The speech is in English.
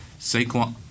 Saquon